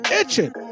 itching